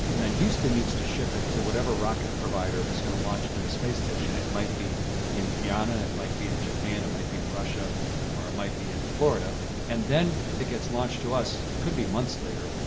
and then houston needs to ship it to whatever rocket provider is going to launch it to the space station. it might be in guiana, it might be in japan, it might be in russia or it might be in florida and then it gets launched to us. it could be months later.